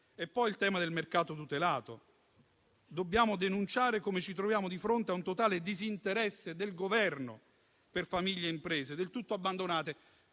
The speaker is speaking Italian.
è poi il tema del mercato tutelato. Dobbiamo denunciare come ci troviamo di fronte a un totale disinteresse del Governo per famiglie e imprese, del tutto abbandonate.